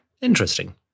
Interesting